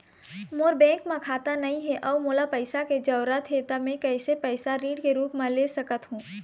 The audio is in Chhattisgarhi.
मोर बैंक म खाता नई हे अउ मोला पैसा के जरूरी हे त मे कैसे पैसा ऋण के रूप म ले सकत हो?